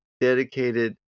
dedicated